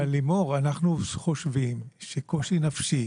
אבל, לימור, אנחנו חושבים שקושי נפשי